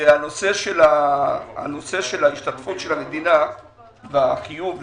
הנושא של השתתפות המדינה והחיוב לליבה,